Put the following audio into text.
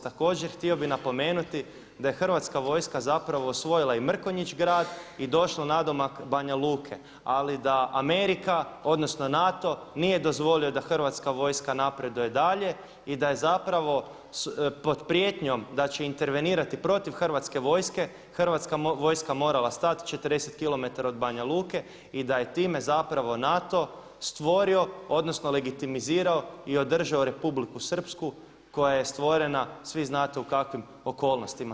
Također htio bih napomenuti da je Hrvatska vojska zapravo osvojila i Mrkonjić Grad i došla nadomak Banja Luke, ali da Amerika, odnosno NATO nije dozvolio da Hrvatska vojska napreduje dalje i da je zapravo pod prijetnjom da će intervenirati protiv Hrvatske vojska, Hrvatska vojska morala stati 40km od Banja Luke i da je time zapravo NATO stvorio, odnosno legitimizirao i održao Republiku Srpsku koja je stvorena, svi znate u kakvim okolnostima.